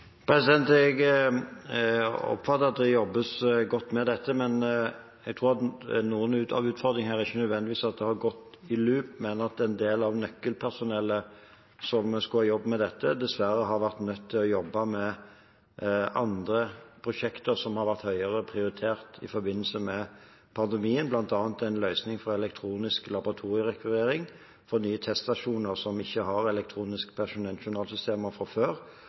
Jeg oppfatter at det jobbes godt med dette, men jeg tror at noen av utfordringene her er ikke nødvendigvis at det har gått i loop, men at en del av nøkkelpersonellet som skulle ha jobbet med dette, dessverre har vært nødt til å jobbe med andre prosjekter som har vært høyere prioritert i forbindelse med pandemien, bl.a. en løsning for elektronisk laboratorierekvirering for nye teststasjoner som ikke har elektroniske pasientjournalsystemer fra før.